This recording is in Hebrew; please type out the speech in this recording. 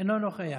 אינו נוכח.